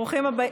ברוכים הבאים.